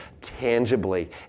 tangibly